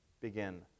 begin